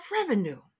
revenue